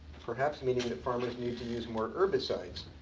perhaps meaning that farmers need to use more herbicides.